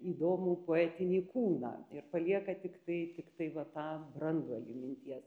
įdomų poetinį kūną ir palieka tiktai tiktai va tą branduolį minties